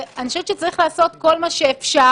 אני חושבת שצריך לעשות כל מה שאפשר,